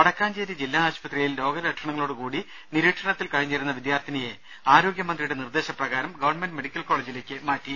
വടക്കാഞ്ചേരി ജില്ലാ ആശുപത്രിയിൽ രോഗലക്ഷണങ്ങളോടുകൂടി നിരീക്ഷണത്തിൽ കഴിഞ്ഞിരുന്ന വിദ്യാർത്ഥിനിയെ ആരോഗ്യമന്ത്രിയുടെ നിർദ്ദേശ പ്രകാരം ഗവൺമെന്റ് മെഡിക്കൽ കോളേജിലേയ്ക്ക് മാറ്റി